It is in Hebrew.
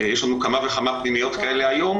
יש לנו כמה וכמה פנימיות כאלה היום.